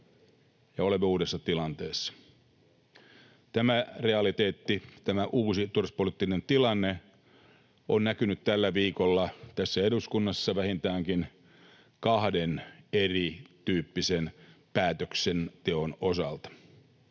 ja olemme uudessa tilanteessa. Tämä realiteetti, tämä uusi turvallisuuspoliittinen tilanne, on näkynyt tällä viikolla tässä eduskunnassa vähintäänkin kahden erityyppisen päätöksenteon osalta.